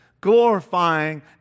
glorifying